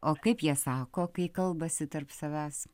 o kaip jie sako kai kalbasi tarp savęs